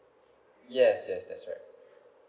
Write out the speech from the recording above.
yes yes that's right